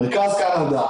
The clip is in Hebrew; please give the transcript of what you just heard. מרכז קנדה.